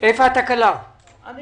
האופק הכלכלי מפריע